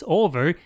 over